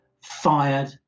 fired